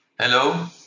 Hello